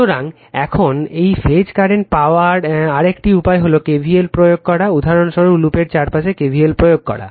সুতরাং এখন এই ফেজ কারেন্ট পাওয়ার আরেকটি উপায় হল KVL প্রয়োগ করা উদাহরণস্বরূপ লুপের চারপাশে KVL প্রয়োগ করা